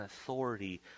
authority